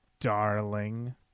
darling